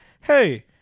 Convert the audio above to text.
hey